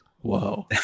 whoa